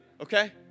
Okay